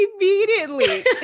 immediately